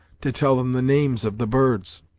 to tell them the names of the birds!